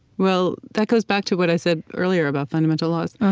well, that goes back to what i said earlier about fundamental laws.